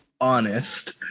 honest